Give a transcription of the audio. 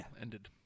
ended